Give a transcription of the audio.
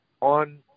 on